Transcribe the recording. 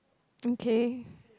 okay